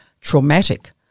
traumatic